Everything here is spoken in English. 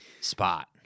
spot